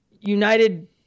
United